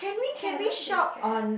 tried on this dress